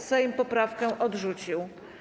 Sejm poprawkę odrzucił.